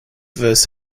verse